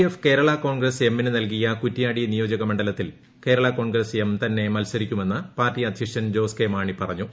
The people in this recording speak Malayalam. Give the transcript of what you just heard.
എഫ് കേരളാ കോൺഗ്രസ് എമ്മിന് നൽകിയ കുറ്റ്യാടി നിയോജക മണ്ഡലത്തിൽ കേരളാ കോൺഗ്രസ് എം തന്നെ മൽസരിക്കുമെന്ന് പാർട്ടി അദ്ധ്യക്ഷൻ ജോസ് കെ മാണി പറഞ്ഞു